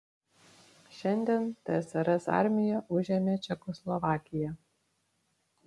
šiandien tsrs armija užėmė čekoslovakiją